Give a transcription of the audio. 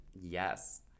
Yes